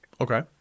Okay